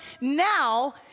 now